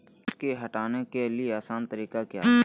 किट की हटाने के ली आसान तरीका क्या है?